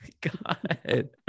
god